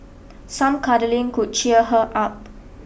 some cuddling could cheer her up